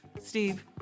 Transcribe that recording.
Steve